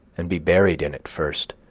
and be buried in it first,